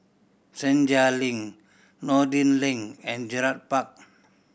Senja Link Noordin Lane and Gerald Park